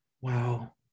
Wow